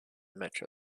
metro